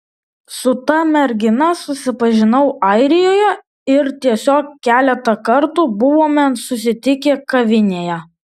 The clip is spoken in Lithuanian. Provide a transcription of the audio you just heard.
su ta mergina susipažinau airijoje ir tiesiog keletą kartų buvome susitikę kavinėje